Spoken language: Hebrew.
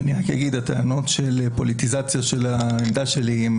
אני רק אומר שהטענות של פוליטיזציה של העמדה שלי הן